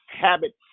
habits